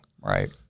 right